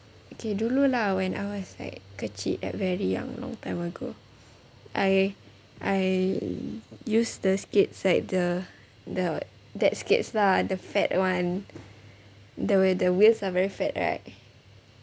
okay dulu lah when I was like kecil like very young long time ago I I use the skates like the the that skates lah the fat one the wheels are very fat right